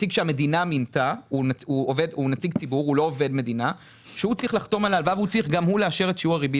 נציג שהמדינה מינתה שצריך לחתום על ההלוואה ולאשר את שיעור הריבית.